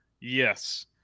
Yes